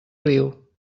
riu